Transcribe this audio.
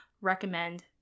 recommend